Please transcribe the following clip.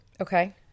Okay